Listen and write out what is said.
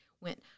went